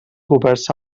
coberts